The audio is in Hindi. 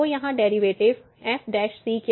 तो यहाँ डेरिवैटिव f क्या है